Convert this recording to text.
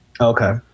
Okay